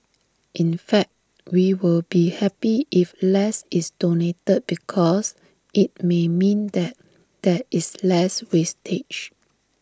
in fact we will be happy if less is donated because IT may mean that there is less wastage